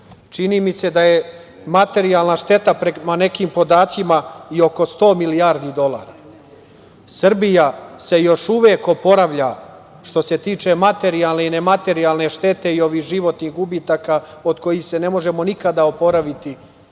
Čini mi se da je materijalna šteta prema nekim podacima i oko 100 milijardi dolara. Srbija se još uvek oporavlja što se tiče materijalne i nematerijalne štete i ovih životnih gubitaka od kojih se ne možemo nikada oporaviti